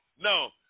No